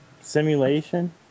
Simulation